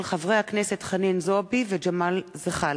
של חברי הכנסת חנין זועבי וג'מאל זחאלקה.